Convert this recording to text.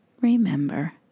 remember